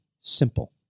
simple